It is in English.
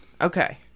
Okay